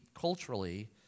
culturally